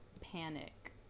Panic